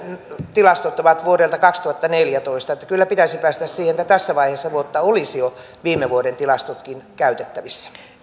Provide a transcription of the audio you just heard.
tilastot ovat vuodelta kaksituhattaneljätoista kyllä pitäisi päästä siihen että tässä vaiheessa vuotta olisivat jo viime vuoden tilastotkin käytettävissä